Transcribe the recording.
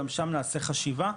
גם שם נעשה חשיבה,